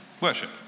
worship